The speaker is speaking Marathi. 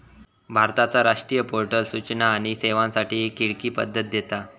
भारताचा राष्ट्रीय पोर्टल सूचना आणि सेवांसाठी एक खिडकी पद्धत देता